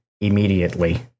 immediately